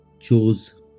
chose